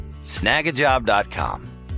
Snagajob.com